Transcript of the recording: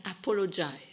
apologize